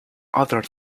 other